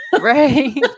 Right